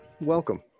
welcome